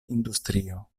industrio